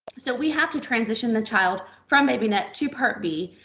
so we have to transition the child from babynet to part b.